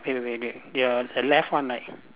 wait wait wait the err the left one right